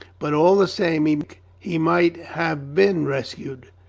but, all the same, he might have been rescued.